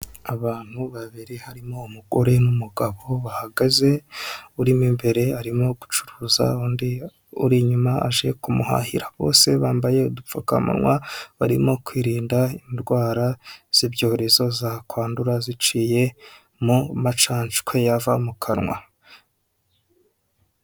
Abantu babiri harimo umugore n'umugabo bahagaze urimo imbere, arimo gucuruza undi uri inyuma aje kumuhahira bose bambaye udupfukamunwa barimo kwirinda indwara z'ibyorezo zakwandura ziciye mu macanshwe yava mu kanwa.